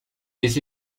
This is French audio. des